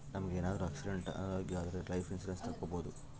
ನಮ್ಗೆ ಏನಾದ್ರೂ ಆಕ್ಸಿಡೆಂಟ್ ಅನಾರೋಗ್ಯ ಆದ್ರೆ ಲೈಫ್ ಇನ್ಸೂರೆನ್ಸ್ ತಕ್ಕೊಬೋದು